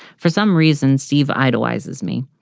for some reason, steve idolizes me.